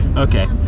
okay,